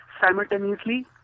simultaneously